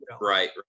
Right